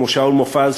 כמו שאול מופז,